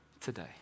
today